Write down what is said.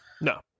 No